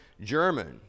German